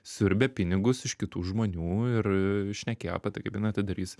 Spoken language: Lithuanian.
siurbia pinigus iš kitų žmonių ir šnekėjo apie tai kaip jin atidarys